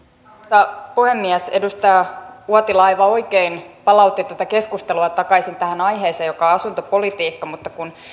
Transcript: arvoisa puhemies edustaja uotila aivan oikein palautti tätä keskustelua takaisin tähän aiheeseen joka on asuntopolitiikka mutta kun